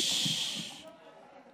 אני חייב לומר, בדרך כלל, את יודעת, כשמגיעים